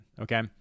okay